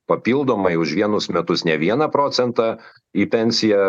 papildomai už vienus metus ne vieną procentą į pensiją